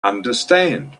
understand